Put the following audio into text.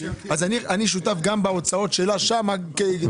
אני שותף גם בהוצאות שלה שם.